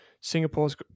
singapore's